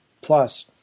plus